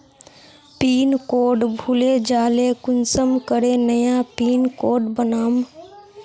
Pin code भूले जाले कुंसम करे नया पिन कोड बनाम?